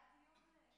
היה דיון שלם בוועדה,